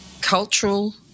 cultural